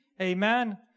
Amen